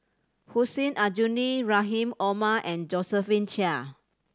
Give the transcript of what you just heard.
Hussein Aljunied Rahim Omar and Josephine Chia